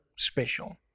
special